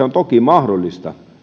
on toki mahdollista